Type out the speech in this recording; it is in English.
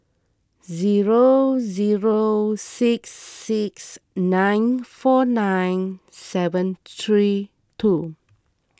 zero zero six six nine four nine seven three two